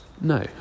No